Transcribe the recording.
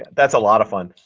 that's a lot of fun.